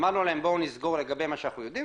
אמרנו להם בואו נסגור לגבי מה שאנחנו יודעים,